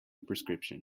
prescription